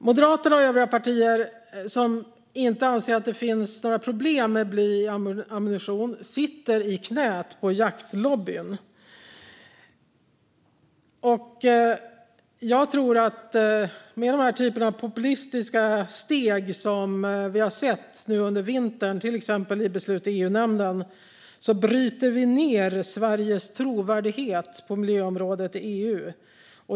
Moderaterna och övriga partier som inte anser att det finns några problem med bly i ammunition sitter i knät på jaktlobbyn. Med den typen av populistiska steg som vi nu har sett under vintern, till exempel i beslut i EU-nämnden, bryter vi ned Sveriges trovärdighet på miljöområdet i EU.